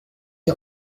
des